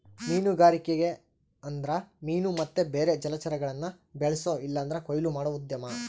ಮೀನುಗಾರಿಕೆ ಅಂದ್ರ ಮೀನು ಮತ್ತೆ ಬೇರೆ ಜಲಚರಗುಳ್ನ ಬೆಳ್ಸೋ ಇಲ್ಲಂದ್ರ ಕೊಯ್ಲು ಮಾಡೋ ಉದ್ಯಮ